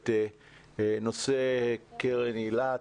על נושא קרן היל"ה,